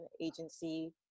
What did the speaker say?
agency